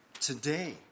today